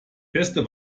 beste